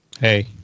Hey